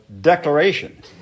declaration